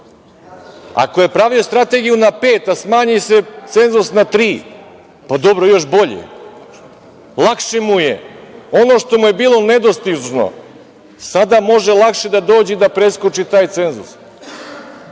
Ako je pravio strategiju na 5%, a smanji cenzus na 3%, pa dobro još bolje, lakše mu je. Ono što mu je bilo nedostižno sada može lakše da dođe i da preskoči taj cenzus.